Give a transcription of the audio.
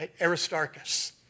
Aristarchus